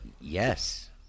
yes